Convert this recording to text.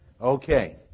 Okay